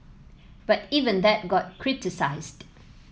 but even that got criticised